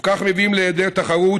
בכך מביאים להיעדר תחרות,